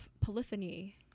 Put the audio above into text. polyphony